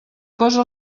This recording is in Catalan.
cosa